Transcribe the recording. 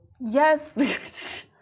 Yes